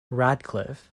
radcliffe